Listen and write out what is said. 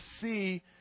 see